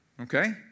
Okay